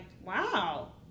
wow